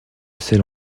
celle